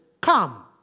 come